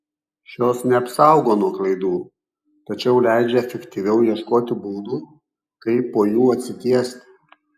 šios neapsaugo nuo klaidų tačiau leidžia efektyviau ieškoti būdų kaip po jų atsitiesti